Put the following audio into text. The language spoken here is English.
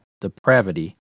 depravity